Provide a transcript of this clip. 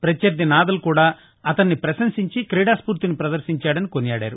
ప్రత్యర్థి నాదల్ కూడా అతన్ని ప్రశంసించి క్రీడా స్ఫూర్తిని ప్రదర్శించాడని కొనియాడారు